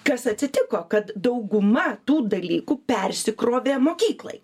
kas atsitiko kad dauguma tų dalykų persikrovė mokyklai